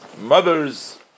mother's